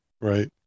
right